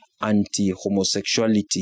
anti-homosexuality